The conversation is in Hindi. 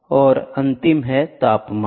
और अंतिम है तापमान